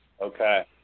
Okay